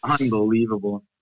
Unbelievable